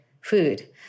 food